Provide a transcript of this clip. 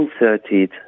inserted